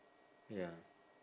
ya